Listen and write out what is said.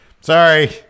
Sorry